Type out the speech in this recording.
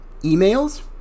emails